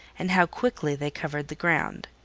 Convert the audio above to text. and how quickly they covered the ground.